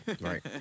Right